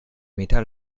meter